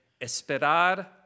Esperar